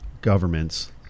governments